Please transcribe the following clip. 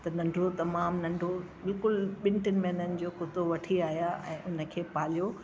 त नंढो तमामु नंढो बिल्कुल ॿिनि टिन महीननि जो कुत्तो वठी आहिया ऐं हुन खे पालयो